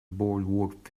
boardwalk